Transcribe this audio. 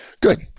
Good